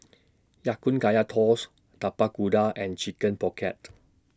Ya Kun Kaya Toast Tapak Kuda and Chicken Pocket